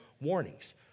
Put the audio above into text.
warnings